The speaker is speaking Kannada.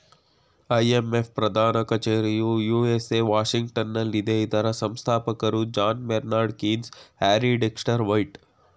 ಐ.ಎಂ.ಎಫ್ ಪ್ರಧಾನ ಕಚೇರಿಯು ಯು.ಎಸ್.ಎ ವಾಷಿಂಗ್ಟನಲ್ಲಿದೆ ಇದರ ಸಂಸ್ಥಾಪಕರು John Maynard Keynes, Harry Dexter white